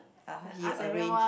uh he arrange